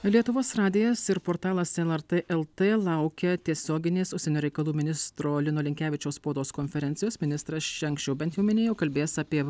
lietuvos radijas ir portalas lrt lt laukia tiesioginės užsienio reikalų ministro lino linkevičiaus spaudos konferencijos ministras čia anksčiau bent jau minėjo kalbės apie